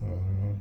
orh